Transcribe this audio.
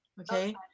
Okay